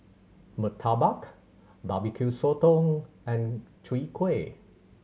murtabak Barbecue Sotong and Chwee Kueh